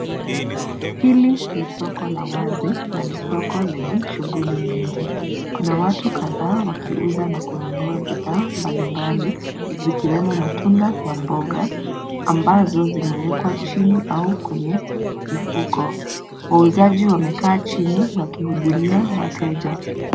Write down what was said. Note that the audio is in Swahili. Hili ni soko la wazi na ni soko lenye shughuli mingi. Kuna watu kadhaa wakiuza na kununua bidhaa mbalimbali, zikiwemo matunda na mboga, ambazo zimewekwa chini au kwenye mifuko. Wauzaji wamekaa chini wakihudumia wateja.